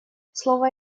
слово